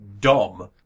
dumb